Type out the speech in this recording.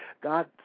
god